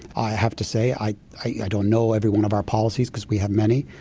i have to say, i i don't know every one of our policies because we have many,